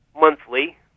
monthly